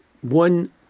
one